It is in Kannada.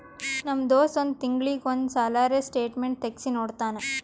ನಮ್ ದೋಸ್ತ್ ಒಂದ್ ತಿಂಗಳೀಗಿ ಒಂದ್ ಸಲರೇ ಸ್ಟೇಟ್ಮೆಂಟ್ ತೆಗ್ಸಿ ನೋಡ್ತಾನ್